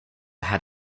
had